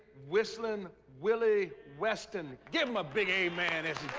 whistlin' willie weston. give him a big amen as